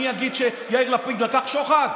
אני אגיד שיאיר לפיד לקח שוחד?